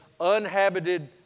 unhabited